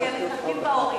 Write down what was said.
כי הם, בהורים.